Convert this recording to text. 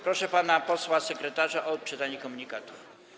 Proszę pana posła sekretarza o odczytanie komunikatów.